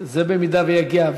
זה במידה שהוא יגיע.